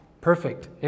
perfect